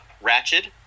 Ratchet